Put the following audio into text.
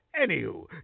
Anywho